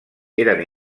eres